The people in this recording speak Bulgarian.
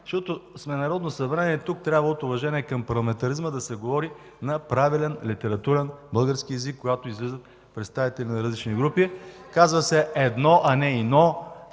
защото сме Народно събрание – от уважение към парламентаризма тук трябва да се говори на правилен, литературен български език, когато излизат представители на различните групи. Казва се „едно”, а не „ино”,